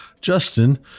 Justin